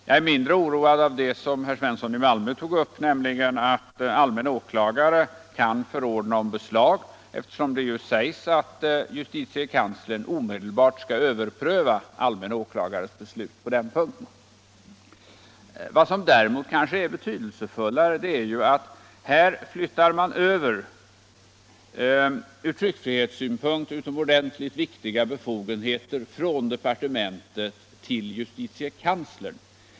Jag är mindre oroad av det herr Svensson i Malmö tog upp, nämligen att allmänna åklagare kan förordna om beslag, eftersom det sägs att justitiekanslern omedelbart skall överpröva allmän åklagares beslut på den punkten. Vad som är betydelsefullare är att man här flyttar över ur tryckfrihetssynpunkt utomordentligt viktiga befogenheter från departementet till justitiekanslern.